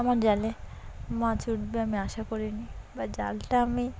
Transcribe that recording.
আমার জালে মাছ উঠবে আমি আশা করিনি বা জালটা আমি